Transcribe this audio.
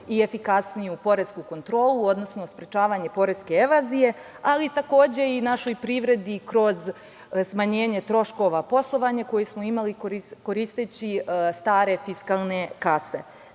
i efikasniju poresku kontrolu, odnosno sprečavanje poreske evazije, ali i takođe našoj privredi kroz smanjenje troškova poslovanja koje smo imali koristeći stare fiskalne kase. Tu